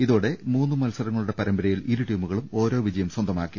ഇതോടെ മൂന്ന് മത്സരങ്ങളുടെ പരമ്പരയിൽ ഇരു ടീമുകളും ഓരോ വിജയം സ്വന്തമാക്കി